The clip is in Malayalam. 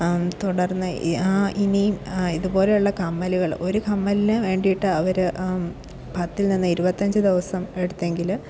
തുടർന്ന് ഇനിയും ഇതുപോലുള്ള കമ്മലുകള് ഒരു കമ്മലിന് വേണ്ടിയിട്ട് അവര് പത്തിൽ നിന്ന് ഇരുപത്തിയഞ്ച് ദിവസം എടുത്തെങ്കില്